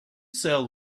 sell